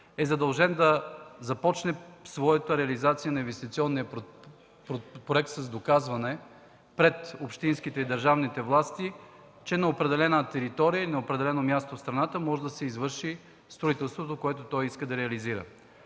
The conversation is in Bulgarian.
е задължен да започне реализация на инвестиционния си проект с доказване пред общинските и държавните власти, че на определена територия или определено място в страната може да се извърши строителството, което той иска да реализира.